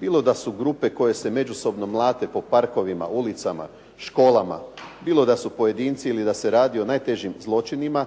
bilo da su grupe koje se međusobno mlate po parkovima, ulicama, školama, bilo da su pojedinci ili da se radi o najtežim zločinima,